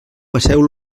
passeu